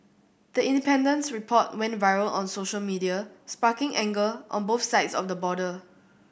the Independent's report went viral on social media sparking anger on both sides of the border